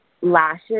lashes